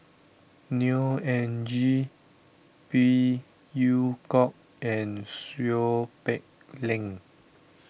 Neo Anngee Phey Yew Kok and Seow Peck Leng